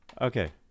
Okay